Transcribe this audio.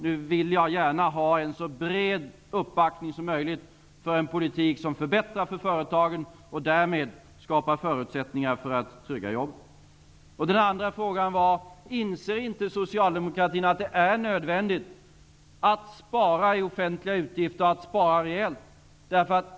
Nu vill jag gärna ha en så bred uppbackning som möjligt för en politik som förbättrar för företagen och därmed skapar förutsättningar för att trygga jobben. Den andra frågan var: Inser inte socialdemokratin att det är nödvändigt att spara i offentliga utgifter, och att spara rejält?